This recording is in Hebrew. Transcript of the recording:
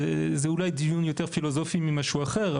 זה אולי יותר דיון פילוסופי ממשהו אחר,